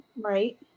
right